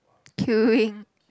queuing